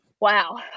Wow